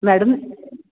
madam